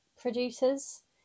producers